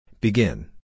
Begin